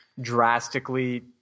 drastically –